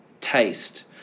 taste